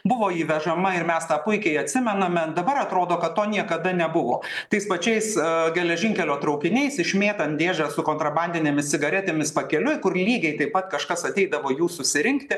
buvo įvežama ir mes tą puikiai atsimename dabar atrodo kad to niekada nebuvo tais pačiais geležinkelio traukiniais išmėtant dėžę su kontrabandinėmis cigaretėmis pakeliui kur lygiai taip pat kažkas ateidavo jų susirinkti